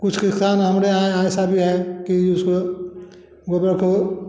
कुछ किसान हमारे यहाँ ऐसा भी है कि उसको गोबर को